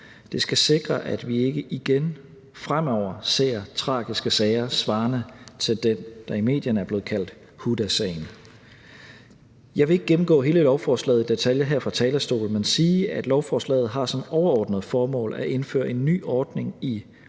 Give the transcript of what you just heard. Det skal sikre, at vi ikke igen fremover ser tragiske sager svarende til den, der i medierne er blevet kaldt Hudasagen. Jeg vil ikke gennemgå hele lovforslaget i detaljer her fra talerstolen, men sige, at lovforslaget som overordnet formål har at indføre en ny ordning i loven,